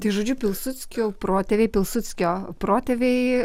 tai žodžiu pilsudskio protėviai pilsudskio protėviai